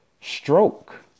stroke